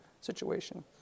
situation